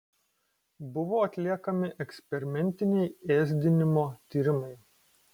buvo atliekami eksperimentiniai ėsdinimo tyrimai